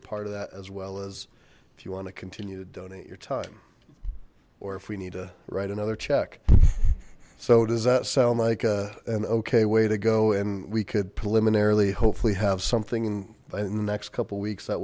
a part of that as well as if you want to continue to donate your time or if we need to write another check so does that sound like a an okay way to go and we could preliminary hopefully have something in the next couple weeks that